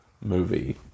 movie